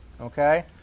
Okay